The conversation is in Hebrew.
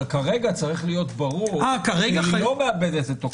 אבל כרגע צריך להיות ברור שהיא לא מאבדת את תוקפה.